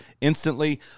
instantly